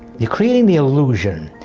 you are creating the illusion.